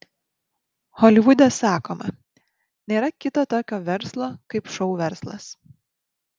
holivude sakoma nėra kito tokio verslo kaip šou verslas